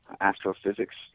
astrophysics